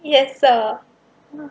yes sir